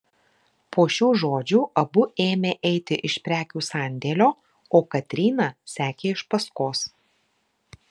po šių žodžių abu ėmė eiti iš prekių sandėlio o katryna sekė iš paskos